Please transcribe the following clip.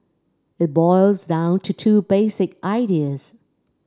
it boils down to two basic ideas